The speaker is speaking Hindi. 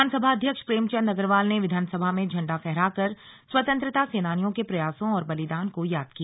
विधानसभा अध्यक्ष प्रेमचंद अग्रवाल ने विधानसभा में झंडा फहराकर स्वतंत्रता सेनानियों के प्रयासों और बलिदान को याद किया